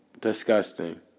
Disgusting